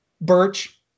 Birch